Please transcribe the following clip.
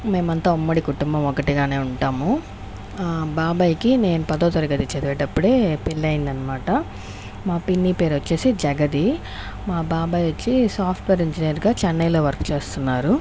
మేమంతా ఉమ్మడి కుటుంబం ఒకటిగానే ఉంటాము బాబాయ్కి నేను పదో తరగతి చదివేటప్పుడే పెళ్లయింది అనమాట మా పిన్ని పేరు వచ్చేసి జగతి మా బాబాయి వచ్చి సాఫ్ట్వేర్ ఇంజనీర్గా చెన్నైలో వర్క్ చేస్తున్నారు